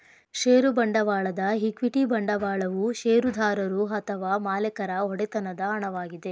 ಷೇರು ಬಂಡವಾಳದ ಈಕ್ವಿಟಿ ಬಂಡವಾಳವು ಷೇರುದಾರರು ಅಥವಾ ಮಾಲೇಕರ ಒಡೆತನದ ಹಣವಾಗಿದೆ